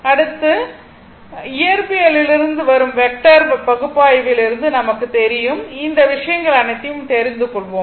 அடுத்து இயற்பியல் இருந்து வரும் வெக்டர் பகுப்பாய்வில் இருந்து நமக்கு தெரியும் இந்த விஷயங்கள் அனைத்தையும் தெரிந்து கொள்வோம்